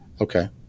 okay